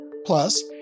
Plus